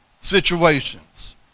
situations